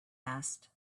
asked